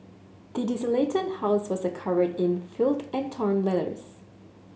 the desolated house was covered in filth and torn letters